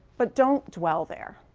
but don't do well there.